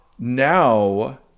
Now